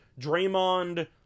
Draymond